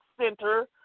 Center